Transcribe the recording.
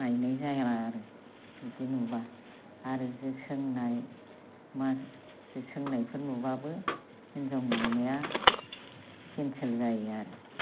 नायनाय जाया आरो बिदि नुब्ला आरो जि सोंनाय जि सोंनायफोर नुब्लाबो हिनजाव नायनाया केन्सेल जायो आरो